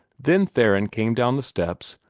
then theron came down the steps,